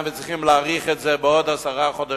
וצריכים להאריך את זה בעוד עשרה חודשים,